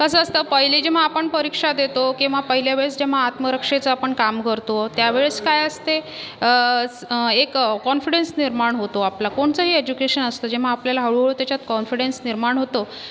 कसं असतं पहिले जेव्हा आपण परीक्षा देतो किंवा पहिल्या वेळेस जेव्हा आत्मरक्षेचं आपण काम करतो त्यावेळेस काय असते एक कॉन्फिडन्स निर्माण होतो आपला कोणाचंही एजुकेशन असतं जेव्हा आपल्याला हळूहळू त्याच्यात कॉन्फिडन्स निर्माण होतो